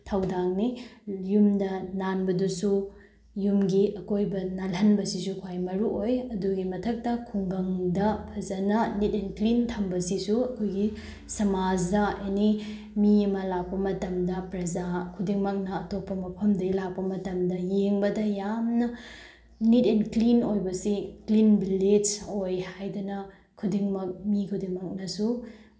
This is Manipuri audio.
ꯊꯧꯗꯥꯡꯅꯤ ꯌꯨꯝꯗ ꯅꯥꯟꯕꯗꯨꯁꯨ ꯌꯨꯝꯒꯤ ꯑꯀꯣꯏꯕ ꯅꯥꯟꯍꯜꯕꯁꯤꯁꯨ ꯈ꯭ꯋꯥꯏ ꯃꯔꯨꯑꯣꯏ ꯑꯗꯨꯒꯤꯁꯨ ꯃꯊꯛꯇ ꯈꯨꯡꯒꯪꯗ ꯐꯖꯅ ꯅꯤꯠ ꯑꯦꯟ ꯀ꯭ꯂꯤꯟ ꯊꯝꯕꯁꯤꯁꯨ ꯑꯩꯈꯣꯏꯒꯤ ꯁꯃꯥꯖꯗ ꯑꯦꯅꯤ ꯃꯤ ꯑꯃ ꯂꯥꯛꯄ ꯃꯇꯝꯗ ꯄ꯭ꯔꯖꯥ ꯈꯨꯗꯤꯡꯃꯛꯅ ꯑꯇꯣꯞꯄ ꯃꯐꯝꯗꯒꯤ ꯂꯥꯛꯄ ꯃꯇꯝꯗ ꯌꯦꯡꯕꯗ ꯌꯥꯝꯅ ꯅꯤꯠ ꯑꯦꯟ ꯀ꯭ꯂꯤꯟ ꯑꯣꯏꯕꯁꯤ ꯀ꯭ꯂꯤꯟ ꯕꯤꯂꯦꯖ ꯑꯣꯏ ꯍꯥꯏꯗꯅ ꯈꯨꯗꯤꯡꯃꯛ ꯃꯤ ꯈꯨꯗꯤꯡꯃꯛꯅꯁꯨ